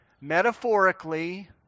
metaphorically